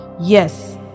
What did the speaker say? Yes